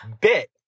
bit